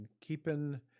keeping